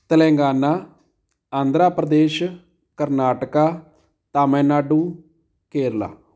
Telangana Andhra Pradesh Karnataka Tamil Nadu Kerala